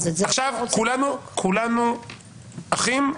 עכשיו נניח שכולנו אחים,